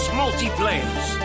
multiplayers